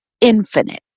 infinite